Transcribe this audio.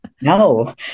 no